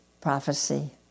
prophecy